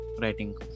Writing